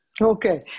Okay